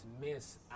miss